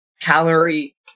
calorie